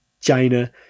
China